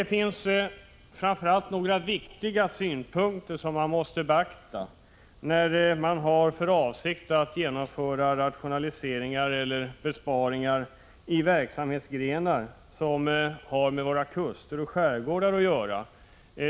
Det är några viktiga synpunkter som man måste beakta när man har för avsikt att genomföra rationaliseringar och besparingar i verksamhetsgrenar som har med våra kuster och skärgårdar att göra.